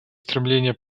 стремление